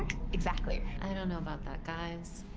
exactly. i don't know about that guys.